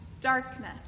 darkness